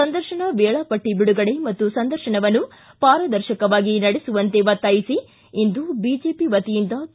ಸಂದರ್ಶನ ವೇಳಾಪಟ್ಟ ಬಿಡುಗಡೆ ಮತ್ತು ಸಂದರ್ಶನವನ್ನು ಪಾರದರ್ಶಕವಾಗಿ ನಡೆಸುವಂತೆ ಒತ್ತಾಯಿಸಿ ಇಂದು ಬಿಜೆಪಿ ವತಿಯಿಂದ ಕೆ